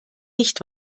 nicht